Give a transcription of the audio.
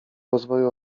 rozwoju